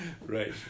Right